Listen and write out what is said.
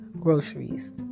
Groceries